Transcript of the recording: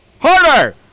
harder